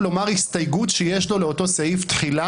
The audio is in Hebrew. חמש דקות, תשתה כוס מים, תירגע ותחזור.